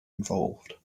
involved